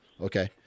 Okay